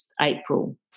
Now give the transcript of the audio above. April